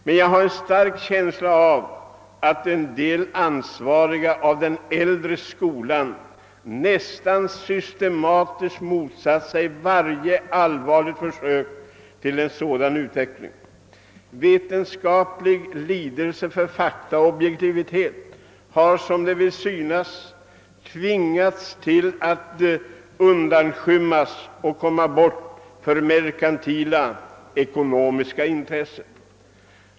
Men jag har en stark känsla av att en del ansvariga människor av den äldre skolan nära nog systematiskt har motsatt sig varje allvarligt försök att få i gång en utveckling åt rätt håll. Vetenskaplig lidelse för fakta och objektivitet har tvingats åt sidan för merkantila ekonomiska intressen.